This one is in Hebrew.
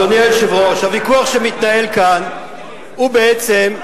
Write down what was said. אדוני היושב-ראש, הוויכוח שמתנהל כאן הוא בעצם,